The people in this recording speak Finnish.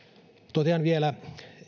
totean vielä